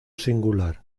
singular